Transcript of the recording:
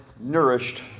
nourished